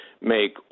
make